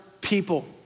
people